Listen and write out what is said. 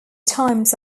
times